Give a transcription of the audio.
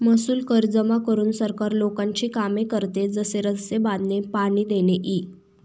महसूल कर जमा करून सरकार लोकांची कामे करते, जसे रस्ते बांधणे, पाणी देणे इ